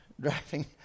driving